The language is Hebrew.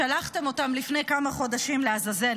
שלחתם אותם לפני כמה חודשים לעזאזל,